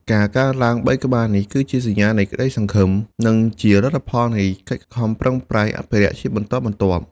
ការកើនឡើង ៣ ក្បាលនេះ គឺជាសញ្ញានៃក្តីសង្ឃឹម និងជាលទ្ធផលនៃកិច្ចខិតខំប្រឹងប្រែងអភិរក្សជាបន្តបន្ទាប់។